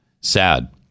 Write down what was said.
Sad